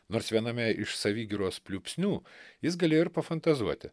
nors viename iš savigyros pliūpsnių jis galėjo ir pafantazuoti